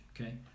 okay